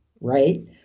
right